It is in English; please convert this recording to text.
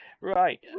Right